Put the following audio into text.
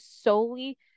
solely